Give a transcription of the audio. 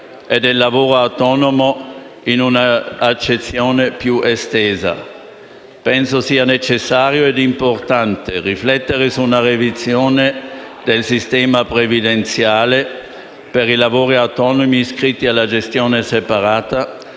e del lavoro autonomo in un’accezione più estesa. Penso sia necessario e importante riflettere su una revisione del sistema previdenziale per i lavoratori autonomi iscritti alla gestione separata,